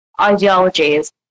ideologies